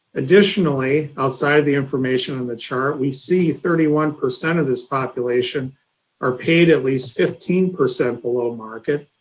additionally, outside the information on the chart, we see thirty one percent of this population are paid, at least, fifteen percent below market,